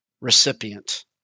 recipient